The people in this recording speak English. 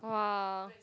!wah!